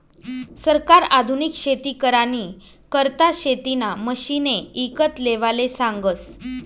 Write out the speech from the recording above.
सरकार आधुनिक शेती करानी करता शेतीना मशिने ईकत लेवाले सांगस